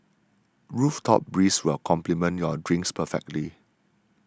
rooftop breeze will complement your drinks perfectly